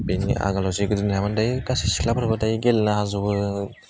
बेनि आगोलाव जे दायो गासै सिख्लाफोरखौ दायो गेलेनो हाजोबो